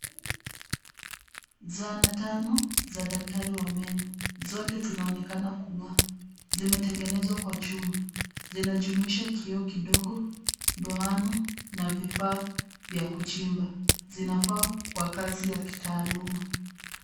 Zana tano za daktari wa meno. Zote zinaonekana kung'aa. Zimetengenezwa kwa chuma. Zinajumuisha kioo kidogo, doano na vifaa vya kuchimba. Zinafaa kwa kazi ya kitaaluma.